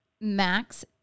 Max